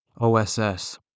OSS